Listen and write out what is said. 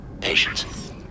Patience